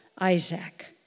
Isaac